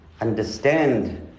understand